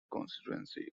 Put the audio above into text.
constituency